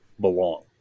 belong